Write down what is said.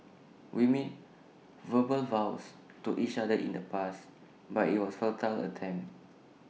we made verbal vows to each other in the past but IT was A futile attempt